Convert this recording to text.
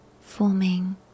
forming